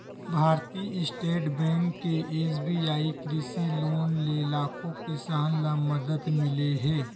भारतीय state bank के SBI कृषि लोन ले लाखो किसान ल मदद मिले हे